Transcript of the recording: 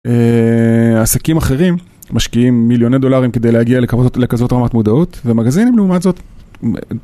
עסקים אחרים משקיעים מיליוני דולרים כדי להגיע לכזאת רמת מודעות ומגזינים לעומת זאת.